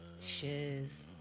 Shiz